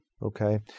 Okay